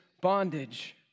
bondage